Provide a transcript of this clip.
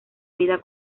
vida